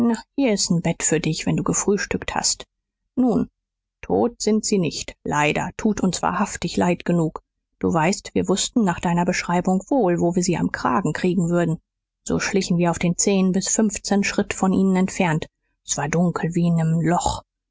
hier ist n bett für dich wenn du gefrühstückt hast nun tot sind sie nicht leider tut uns wahrhaftig leid genug du weißt wir wußten nach deiner beschreibung wohl wo wir sie am kragen kriegen würden so schlichen wir auf den zehen bis fünfzehn schritt von ihnen entfernt s war dunkel wie in nem loch